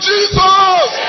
Jesus